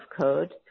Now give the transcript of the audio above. Code